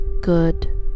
Good